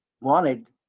wanted